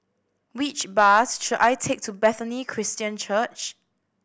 which bus should I take to Bethany Christian Church